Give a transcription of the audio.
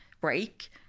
break